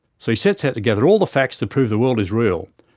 so he sets out to gather all the facts to prove the world is real,